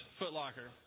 footlocker